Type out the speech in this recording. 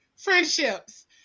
friendships